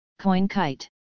CoinKite